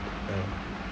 ya